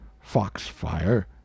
fox-fire